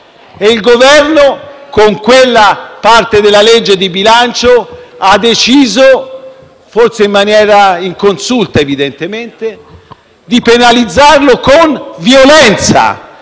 il Governo, però, con una parte della legge di bilancio ha deciso, in maniera inconsulta evidentemente, di penalizzarlo con violenza